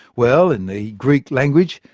well, in the greek language,